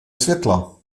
světla